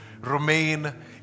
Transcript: remain